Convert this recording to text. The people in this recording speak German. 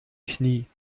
knie